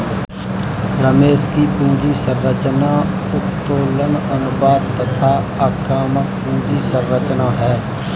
रमेश की पूंजी संरचना उत्तोलन अनुपात तथा आक्रामक पूंजी संरचना है